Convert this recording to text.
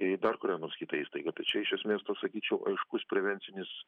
į dar kurią nors kitą įstaigą tai čia iš esmės to sakyčiau aiškus prevencinis